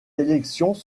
élections